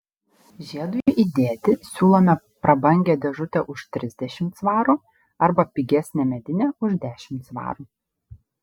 žiedui įdėti siūlome prabangią dėžutę už trisdešimt svarų arba pigesnę medinę už dešimt svarų